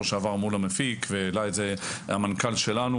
שעבר מול המפיק והעלה את זה המנכ"ל שלנו